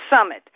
Summit